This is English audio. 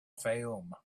fayoum